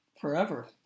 forever